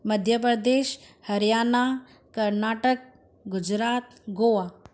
Madhya Pradesh Haryana Karnataka Gujarat Goa